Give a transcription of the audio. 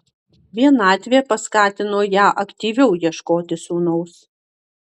vienatvė paskatino ją aktyviau ieškoti sūnaus